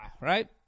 Right